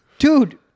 Dude